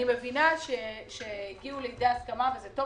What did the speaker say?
מבינה שהגיעו לידי הסכמה וזה טוב,